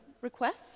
request